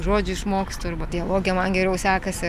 žodžių išmokstu arba dialoge man geriau sekasi